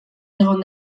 egon